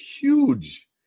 huge